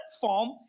form